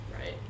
right